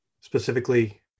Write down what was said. specifically